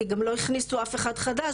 כי גם לא הכניסו אף אחד חדש,